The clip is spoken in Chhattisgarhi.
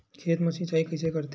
खेत मा सिंचाई कइसे करथे?